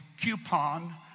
coupon